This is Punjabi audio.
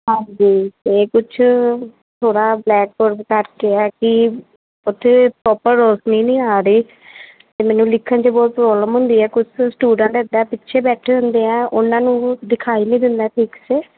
ਹਾਂਜੀ ਅਤੇ ਕੁਛ ਥੋੜ੍ਹਾ ਬਲੈਕ ਬੋਰਡ ਕਰਕੇ ਹੈ ਕਿ ਉੱਥੇ ਪ੍ਰੋਪਰ ਰੋਸ਼ਨੀ ਨਹੀਂ ਆ ਰਹੀ ਅਤੇ ਮੈਨੂੰ ਲਿਖਣ 'ਚ ਬਹੁਤ ਪ੍ਰੋਬਲਮ ਹੁੰਦੀ ਹੈ ਕੁਛ ਸਟੂਡੈਂਟ ਇੱਦਾਂ ਪਿੱਛੇ ਬੈਠੇ ਹੁੰਦੇ ਹੈ ਉਹਨਾਂ ਨੂੰ ਦਿਖਾਈ ਨਹੀਂ ਦਿੰਦਾ ਠੀਕ ਸੇ